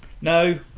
no